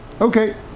Okay